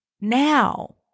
now